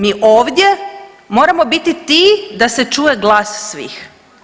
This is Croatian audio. Mi ovdje moramo biti ti da se čuje glas svih.